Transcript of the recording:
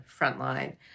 frontline